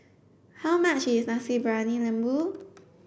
how much is Nasi Briyani Lembu